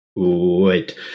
Wait